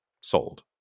Sold